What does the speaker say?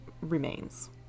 remains